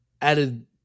added